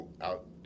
out